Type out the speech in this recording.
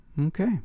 okay